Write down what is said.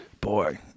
Boy